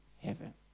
heaven